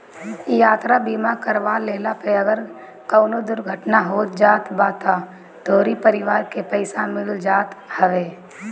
यात्रा बीमा करवा लेहला पअ अगर कवनो दुर्घटना हो जात बा तअ तोहरी परिवार के पईसा मिल जात हवे